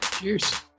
Cheers